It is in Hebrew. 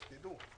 רק שתדעו.